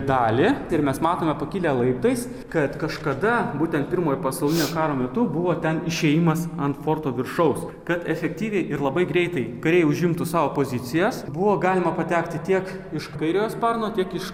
dalį ir mes matome pakilę laiptais kad kažkada būtent pirmojo pasaulinio karo metu buvo ten išėjimas ant forto viršaus kad efektyviai ir labai greitai kariai užimtų savo pozicijas buvo galima patekti tiek iš kairiojo sparno tiek iš